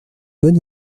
bonne